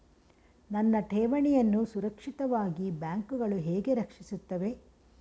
ನನ್ನ ಠೇವಣಿಯನ್ನು ಸುರಕ್ಷಿತವಾಗಿ ಬ್ಯಾಂಕುಗಳು ಹೇಗೆ ರಕ್ಷಿಸುತ್ತವೆ?